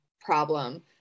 problem